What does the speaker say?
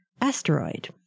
asteroid